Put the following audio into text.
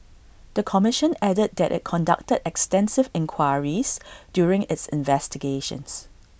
the commission added that IT conducted extensive inquiries during its investigations